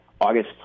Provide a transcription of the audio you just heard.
August